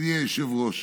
ידידי היושב-ראש.